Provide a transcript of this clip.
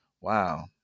wow